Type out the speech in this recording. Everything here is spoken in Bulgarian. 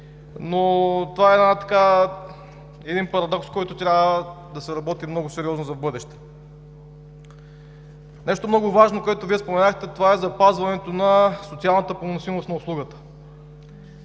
но това е един парадокс, по който трябва да се работи много сериозно в бъдеще. Нещо много важно, което Вие споменахте, това е запазването на социалната поносимост на услугата.